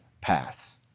path